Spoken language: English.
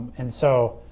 and so